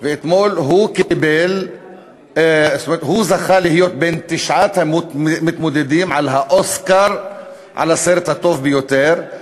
אתמול הוא זכה להיות בין תשעת המתמודדים לאוסקר על הסרט הטוב ביותר,